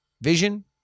Vision